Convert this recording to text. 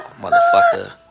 motherfucker